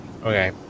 Okay